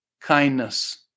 kindness